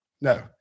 No